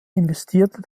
investierte